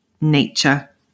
nature